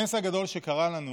הנס הגדול שקרה לנו